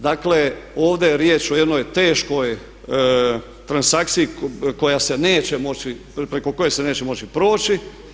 Dakle, ovdje je riječ o jednoj teškoj transakciji koja se neće moći, preko koje se neće moći proći.